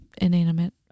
inanimate